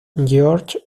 george